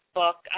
book